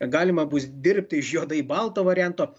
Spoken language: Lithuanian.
galima bus dirbti iš juodai balto varianto